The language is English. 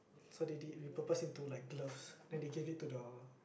so they did repurpose it to like gloves then they gave it to the